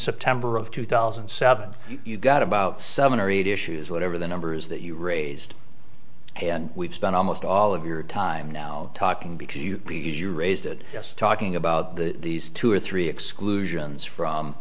september of two thousand and seven you've got about seven or eight issues whatever the number is that you raised and we've spent almost all of your time now talking because you as you raised it yes talking about the these two or three exclusions from